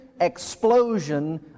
explosion